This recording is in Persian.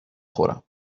خورم